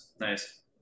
Nice